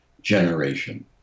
generation